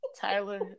Tyler